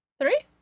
Three